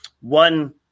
One